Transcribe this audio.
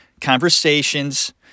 Conversations